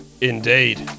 Indeed